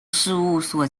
事务所